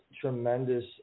tremendous